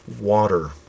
water